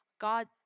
God